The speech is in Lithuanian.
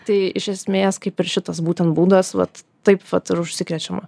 tai iš esmės kaip ir šitas būtent būdas vat taip vat ir užsikrečiama